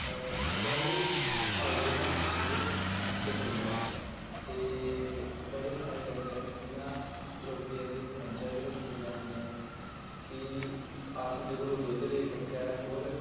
अ बड़े फायदे न इ'न्दे डंगरे दा ते बड़े सारे डंगर जि'यां लोकें अद्धे मंजां बी रक्खी दियां होन्दियां न की अस उं'दे कोला दुद्ध लेई सकचै होर